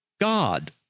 God